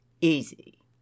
Easy